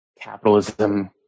capitalism